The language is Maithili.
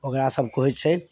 ओकरा सभ कोइ छै